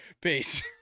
Peace